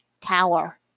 tower